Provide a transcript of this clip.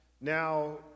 Now